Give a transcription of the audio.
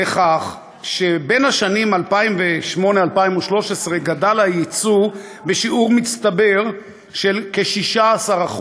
לכך שבין השנים 2008 ו-2013 גדל היצוא בשיעור מצטבר של כ-16%,